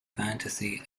fantasy